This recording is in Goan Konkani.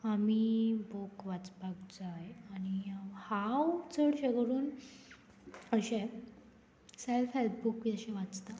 आमी बूक वाचपाक जाय आनी हांव चडशें करून अशें सेल्फ हेल्प बूक बी अशें वाचतां